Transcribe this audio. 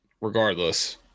regardless